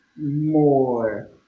more